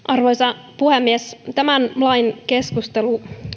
arvoisa puhemies tämän lain keskustelu